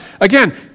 Again